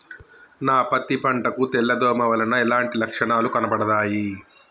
నా పత్తి పంట కు తెల్ల దోమ వలన ఎలాంటి లక్షణాలు కనబడుతాయి?